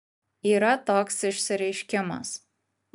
yra toks išsireiškimas